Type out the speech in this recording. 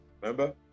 remember